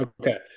Okay